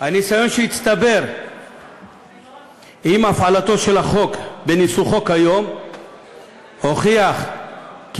הניסיון שהצטבר עם הפעלתו של החוק בניסוחו כיום הוכיח כי